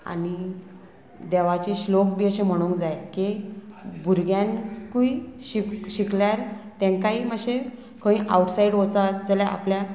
आनी देवाचे श्लोक बी अशें म्हणूंक जाय की भुरग्यांकूय शिक शिकल्यार तेंकाय मातशें खंय आवटसायड वचत जाल्यार आपल्या